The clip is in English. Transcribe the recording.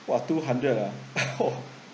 !wah! two hundred ah hor